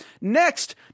Next